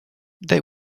they